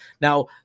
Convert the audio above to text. Now